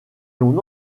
l’on